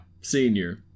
Senior